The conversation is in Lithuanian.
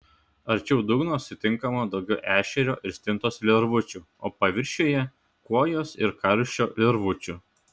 arčiau dugno sutinkama daugiau ešerio ir stintos lervučių o paviršiuje kuojos ir karšio lervučių